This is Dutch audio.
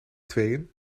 tweeën